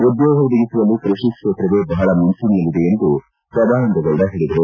ಉದ್ಯೋಗ ಒದಗಿಸುವಲ್ಲಿ ಕೃಷಿ ಕ್ಷೇತ್ರವೇ ಬಹಳ ಮುಂಚೂಣಿಯಲ್ಲಿದೆ ಎಂದು ಸದಾನಂದ ಗೌಡ ಹೇಳಿದರು